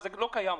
זה כבר לא קיים.